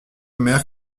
omer